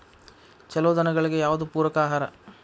ಛಲೋ ದನಗಳಿಗೆ ಯಾವ್ದು ಪೂರಕ ಆಹಾರ?